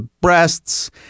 breasts